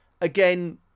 Again